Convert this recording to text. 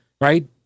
right